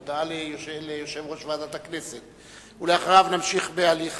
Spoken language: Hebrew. הודעה ליושב-ראש ועדת הכנסת, ואחריו נמשיך בהליך